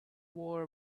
wore